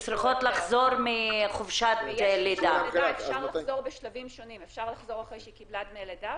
אפשר לחזור אחרי שהיא קיבלה דמי לידה